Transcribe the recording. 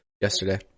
yesterday